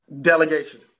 Delegation